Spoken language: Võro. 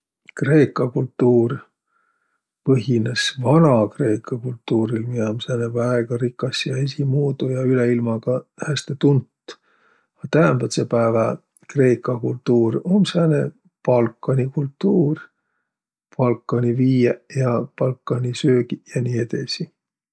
Kreeka kultuur põhinõs Vana.Kreeka kultuuril, miä um sääne väega rikas ja esiqmuudu ja üle ilma ka häste tunt. A täämbädse päävä kreeka kultuur um sääne Balkani kultuur – balkani viieq ja balkani söögiq ja nii edesi.